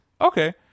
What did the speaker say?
okay